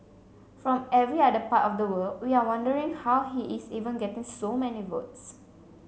from every other part of the world we are wondering how he is even getting so many votes